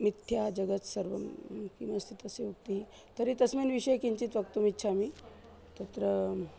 मिथ्या जगति सर्वं किमस्ति तस्य उक्तिः तर्हि तस्मिन् विषये किञ्चित् वक्तुम् इच्छामि तत्र